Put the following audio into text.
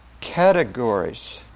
Categories